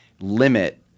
limit